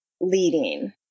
leading